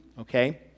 okay